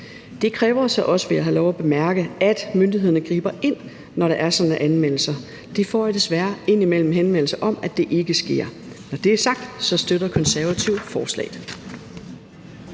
Det kræver så, vil jeg have lov at bemærke, at myndighederne griber ind, når der er sådanne anmeldelser. Vi får jo desværre indimellem henvendelse om, at det ikke sker. Når det er sagt, støtter Konservative forslaget.